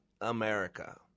America